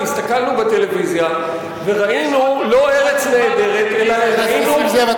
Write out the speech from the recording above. כי הסתכלנו בטלוויזיה וראינו לא "ארץ נהדרת" חבר הכנסת נסים זאב,